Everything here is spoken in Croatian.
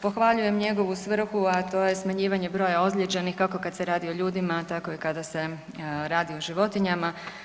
Pohvaljujem njegovu svrhu, a to je smanjivanje broja ozlijeđenih, kako kad se radi o ljudima, tako i kada se radi o životinjama.